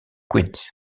queens